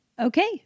Okay